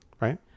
right